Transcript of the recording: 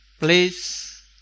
Please